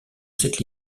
cette